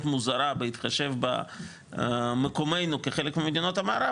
מוזרה בהתחשב במקומנו כחלק ממדינות המערב,